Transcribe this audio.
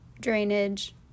drainage